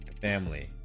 family